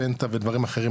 פנטה ודברים אחרים,